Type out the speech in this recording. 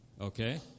Okay